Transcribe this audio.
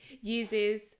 uses